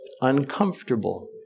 uncomfortable